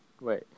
Wait